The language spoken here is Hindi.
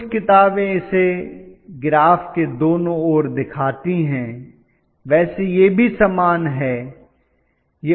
कुछ किताबें इसे ग्राफ के दोनों ओर दिखाती है वैसे यह भी समान है